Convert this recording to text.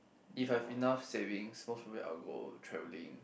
if I have enough savings most probably I will go travelling